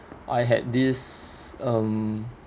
I had this um